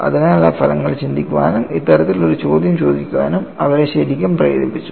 അതിനാൽ ആ ഫലങ്ങൾ ചിന്തിക്കാനും ഇത്തരത്തിൽ ഒരു ചോദ്യം ചോദിക്കാനും അവരെ ശരിക്കും പ്രേരിപ്പിച്ചു